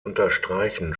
unterstreichen